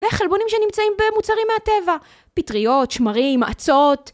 וחלבונים שנמצאים במוצרים מהטבע פטריות, שמרים, אצות